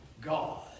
God